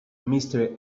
mystery